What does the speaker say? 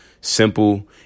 simple